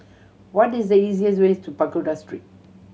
what is the easiest way to Pagoda Street